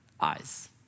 eyes